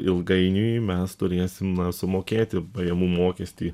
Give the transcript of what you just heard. ilgainiui mes turėsim na sumokėti pajamų mokestį